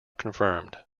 confirmed